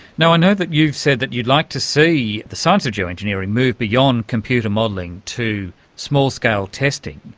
know know that you've said that you'd like to see the science of geo-engineering move beyond computer modelling to small-scale testing.